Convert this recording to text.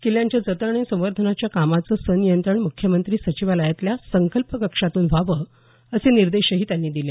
किल्ल्यांच्या जतन आणि संवर्धनाच्या कामाचे सनियंत्रण मुख्यमंत्री सचिवालयातल्या संकल्प कक्षातून व्हावं असेही निर्देश त्यांनी दिले